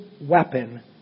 weapon